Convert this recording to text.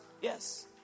Yes